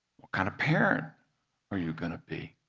what kind of parent are you going to be?